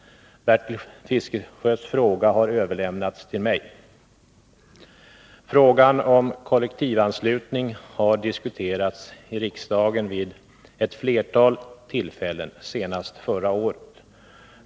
Bertil Fiskesjös fråga har överlämnats till mig. Frågan om kollektivanslutning har diskuterats i riksdagen vid ett flertal tillfällen, senast förra året.